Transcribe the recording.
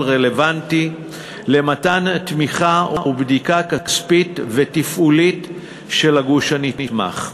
רלוונטי למתן תמיכה או בדיקה כספית ותפעולית של הגוף הנתמך.